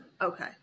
Okay